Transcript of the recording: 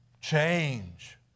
change